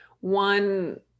one